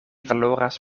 valoras